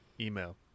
email